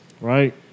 Right